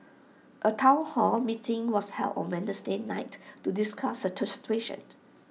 A Town hall meeting was held on Wednesday night to discuss the situation